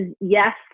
yes